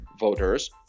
voters